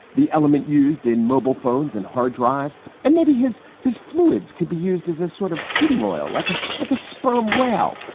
the element used in mobile phones and hard drives and maybe his his fluids could be used as a sort of heating oil, like a like a sperm whale.